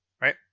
right